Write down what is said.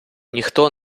ніхто